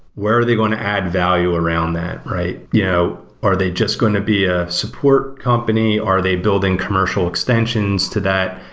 where are they going to add value around that? yeah are they just going to be a support company? are they building commercial extensions to that?